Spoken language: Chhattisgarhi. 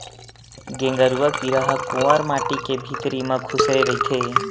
गेंगरूआ कीरा ह कोंवर माटी के भितरी म खूसरे रहिथे